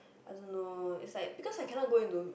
I don't know is like because I cannot go and do